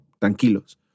Tranquilos